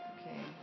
Okay